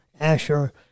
Asher